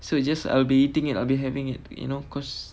so is this I'll be eating it I'll be having you know because